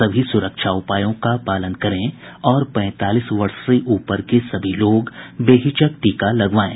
सभी सुरक्षा उपायों का पालन करें और पैंतालीस वर्ष से ऊपर के सभी लोग बेहिचक टीका लगवाएं